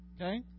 Okay